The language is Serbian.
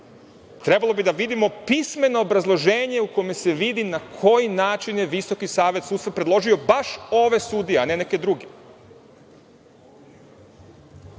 Trebalo bi da vidimo pismeno obrazloženje u kome se vidi na koji način je Visoki savet sudstva predložio baš ove sudije, a ne neke druge.